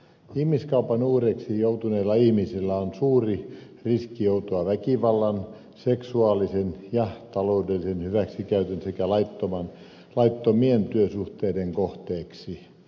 ihmiskaupan uhreiksi joutuneilla ihmisillä on suuri riski joutua väkivallan seksuaalisen ja taloudellisen hyväksikäytön sekä laittomien työsuhteiden kohteiksi